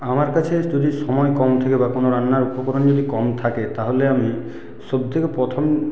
আমার কাছে যদি সময় কম থাকে বা কোনো রান্নার কোনো উপকরণ যদি কম থাকে তাহলে আমি সবথেকে প্রথম